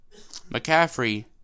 McCaffrey